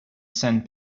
sand